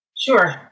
Sure